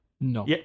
No